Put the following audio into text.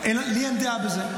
שלי אין דעה בזה.